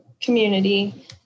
community